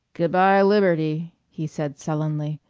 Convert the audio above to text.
g'by, liberty, he said sullenly.